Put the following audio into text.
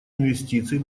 инвестиций